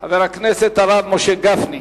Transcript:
חבר הכנסת הרב משה גפני.